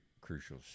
crucial